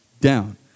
down